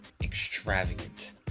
extravagant